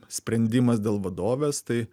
sprendimas dėl vadovės tai